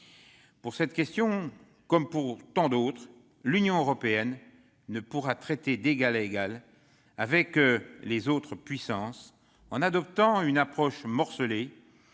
Pour cette question comme pour tant d'autres, l'Union européenne ne pourra traiter d'égale à égale avec les autres puissances en adoptant une approche morcelée.